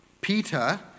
Peter